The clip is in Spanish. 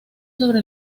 sobre